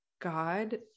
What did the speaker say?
God